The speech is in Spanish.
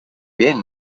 bien